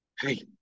hey